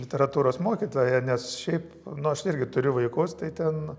literatūros mokytoja nes šiaip nu aš irgi turiu vaikus tai ten